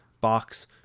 box